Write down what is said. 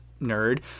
nerd